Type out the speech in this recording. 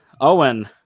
Owen